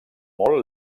molt